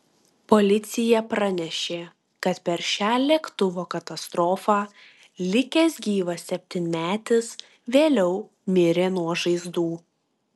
policija pranešė kad per šią lėktuvo katastrofą likęs gyvas septynmetis vėliau mirė nuo žaizdų